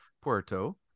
Puerto